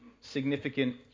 significant